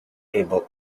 able